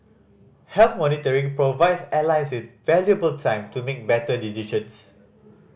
health monitoring provides airlines with valuable time to make better decisions